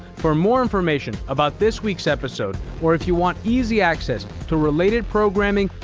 for more information about this week's episode, or if you want easy access to related programming,